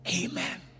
Amen